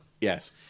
Yes